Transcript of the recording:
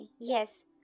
Yes